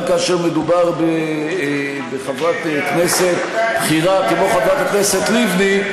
גם כאשר מדובר בחברת כנסת בכירה כמו חברת הכנסת לבני,